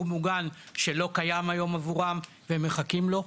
מוגן שלא קיים היום עבורם והם מחכים לו.